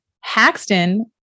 Haxton